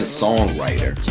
songwriter